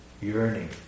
yearning